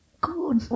Good